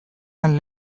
den